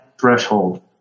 threshold